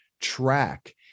track